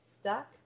stuck